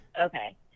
Okay